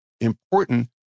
important